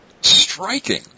striking